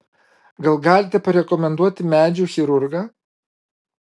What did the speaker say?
gal galite parekomenduoti medžių chirurgą